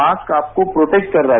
mask आपको protect कर रहा है